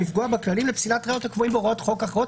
לפגוע בכללים לפסילת הראיות הקבועים בהוראות חוק אחרות".